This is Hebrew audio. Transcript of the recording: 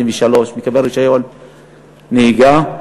מקבל רישיון נהיגה,